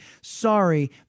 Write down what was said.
Sorry